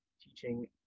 teaching